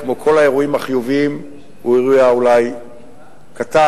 כמו כל האירועים החיוביים הוא אירוע אולי קטן,